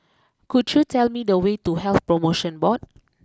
could you tell me the way to Health promotion Board